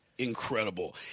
Incredible